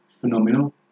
phenomenal